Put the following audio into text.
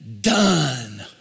done